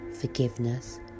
forgiveness